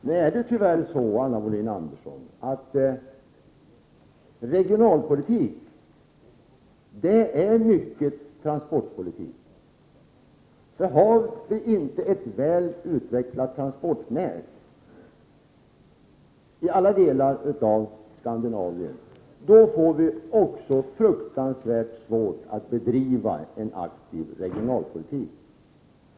Herr talman! Tyvärr är det så, Anna Wohlin-Andersson, att regionalpolitik till stor del är transportpolitik. Om det inte finns ett väl utvecklat transportnät i alla delar av Skandinavien, blir det fruktansvärt svårt för oss att bedriva en aktiv regionalpolitik.